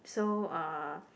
so uh